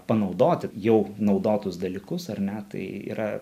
panaudoti jau naudotus dalykus ar ne tai yra